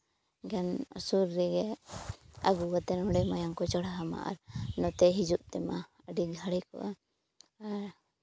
ᱮᱱᱠᱷᱟᱱ ᱥᱩᱨ ᱨᱮᱜᱮ ᱟᱹᱜᱩ ᱠᱟᱛᱮᱫ ᱚᱸᱰᱮ ᱢᱟᱭᱟᱢ ᱠᱚ ᱪᱟᱲᱦᱟᱣᱟ ᱟᱢᱟ ᱟᱨ ᱱᱚᱛᱮ ᱦᱤᱡᱩᱜ ᱛᱮᱢᱟ ᱟᱹᱰᱤ ᱜᱷᱟᱲᱤᱠᱚᱜᱼᱟ ᱟᱨ